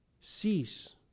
cease